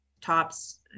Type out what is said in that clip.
tops